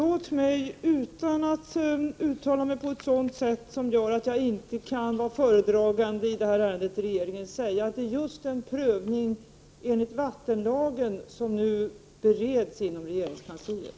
Fru talman! Låt mig, utan att uttala mig på ett sådant sätt att jag inte kan vara föredragande i det här ärendet i regeringen, säga att det är just frågan om en prövning enligt vattenlagen som nu bereds inom regeringskansliet.